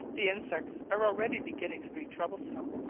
the insects are already beginning to be troublesome,